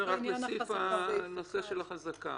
עוד התייחסויות לנושא של החזקה?